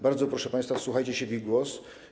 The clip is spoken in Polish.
Bardzo proszę państwa, wsłuchajcie się w ich głos.